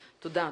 תודה.